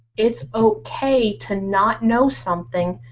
it's okay to not know something.